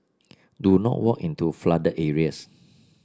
do not walk into flooded areas